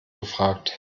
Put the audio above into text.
gefragt